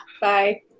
Bye